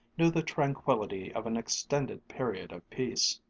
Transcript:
knew the tranquillity of an extended period of peace.